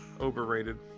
Overrated